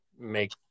make